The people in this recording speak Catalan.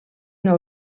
una